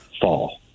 fall